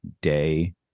day